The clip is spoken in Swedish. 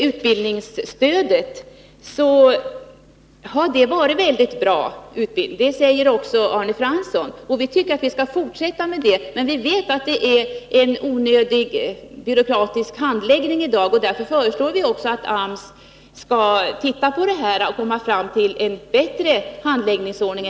Utbildningsstödet har varit väldigt bra, och det säger också Arne Fransson. Vi tycker att vi skall fortsätta att satsa på det. Men handläggningen av det är onödigt byråkratisk, och därför föreslår vi att AMS skall undersöka om det går att få fram en bättre handläggningsordning.